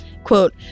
Quote